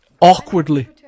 awkwardly